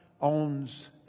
owns